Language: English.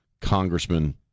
congressman